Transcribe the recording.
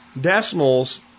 decimals